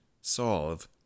solve